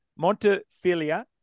Montefilia